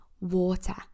water